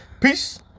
Peace